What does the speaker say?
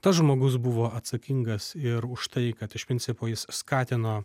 tas žmogus buvo atsakingas ir už tai kad iš principo jis skatino